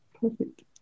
Perfect